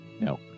No